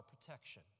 protection